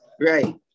Right